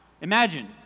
Imagine